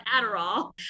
Adderall